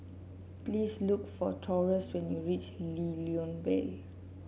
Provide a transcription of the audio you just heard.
please look for Taurus when you reach Lew Lian Vale